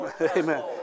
Amen